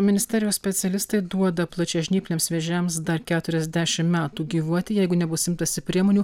ministerijos specialistai duoda plačiažnypliams vėžiams dar keturiasdešim metų gyvuoti jeigu nebus imtasi priemonių